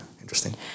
interesting